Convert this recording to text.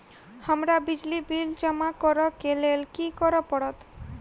हमरा बिजली बिल जमा करऽ केँ लेल की करऽ पड़त?